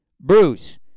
Bruce